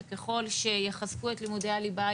שככל שיחזקו את לימודי הליבה,